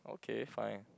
okay fine